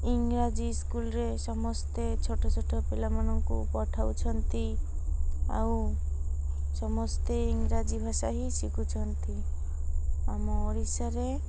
ଇଂରାଜୀ ସ୍କୁଲରେ ସମସ୍ତେ ଛୋଟ ଛୋଟ ପିଲାମାନଙ୍କୁ ପଠାଉଛନ୍ତି ଆଉ ସମସ୍ତେ ଇଂରାଜୀ ଭାଷା ହିଁ ଶିଖୁଛନ୍ତି ଆମ ଓଡ଼ିଶାରେ